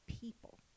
people